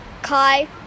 kai